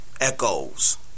Echoes